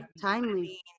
Timely